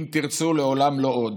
אם תרצו, לעולם לא עוד.